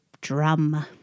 drum